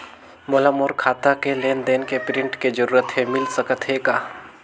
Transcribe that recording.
मोला मोर खाता के लेन देन के प्रिंट के जरूरत हे मिल सकत हे का?